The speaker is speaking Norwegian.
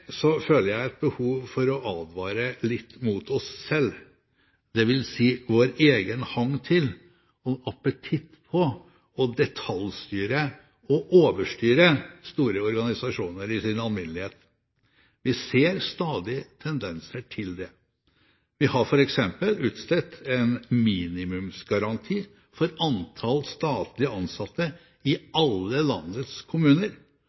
føler jeg et behov for å advare litt mot oss selv, dvs. vår egen hang til, og appetitt på, å detaljstyre og overstyre store organisasjoner i sin alminnelighet. Vi ser stadig tendenser til det. Vi har f.eks. utstedt en minimumsgaranti for antall statlig ansatte i alle landets kommuner,